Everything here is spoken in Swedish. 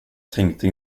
tänkte